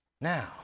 Now